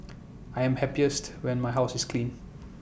I am happiest when my house is clean